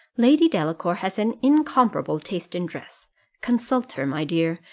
lady delacour has an incomparable taste in dress consult her, my dear,